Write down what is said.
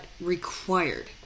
required